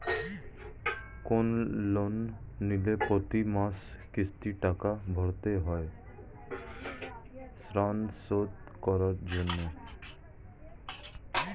কোন লোন নিলে প্রতি মাসে কিস্তিতে টাকা ভরতে হয় ঋণ শোধ করার জন্য